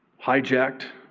hijacked.